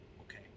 okay